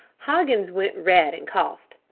hoggins went red and coughed.